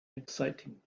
exciting